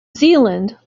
zealand